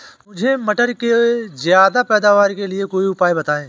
मुझे मटर के ज्यादा पैदावार के लिए कोई उपाय बताए?